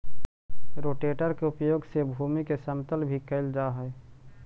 rotator के उपयोग से भूमि के समतल भी कैल जा हई